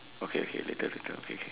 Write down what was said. okay okay later later okay okay